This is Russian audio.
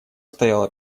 стояла